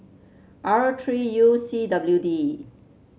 R three U C W D